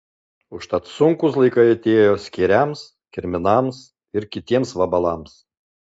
užtat sunkūs laikai atėjo skėriams kirminams ir kitiems vabalams